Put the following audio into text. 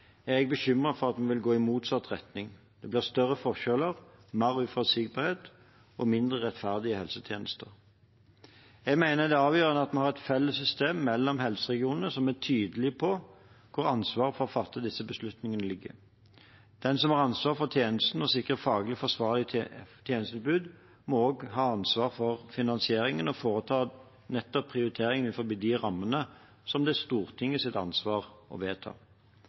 er jeg bekymret for at en vil gå i motsatt retning. Det blir større forskjeller, mer uforutsigbarhet og mindre rettferdige helsetjenester. Jeg mener det er avgjørende at vi har et felles system mellom helseregionene som er tydelig på hvor ansvaret for å fatte disse beslutningene ligger. Den som har ansvaret for tjenesten og for å sikre et faglig forsvarlig tjenestetilbud, må også ha ansvar for finansieringen og foreta prioriteringer innenfor de rammene som det er Stortingets ansvar å vedta.